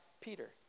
Peter